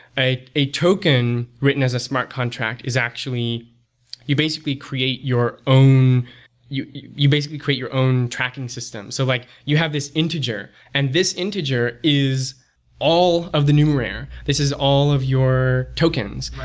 a a token written as a smart contract is actually you basically create your own you you basically create your own tracking system. so like you have this integer, and this integer is all of the numerais. this is all of your tokens.